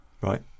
right